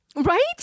Right